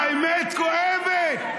האמת כואבת.